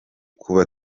kuba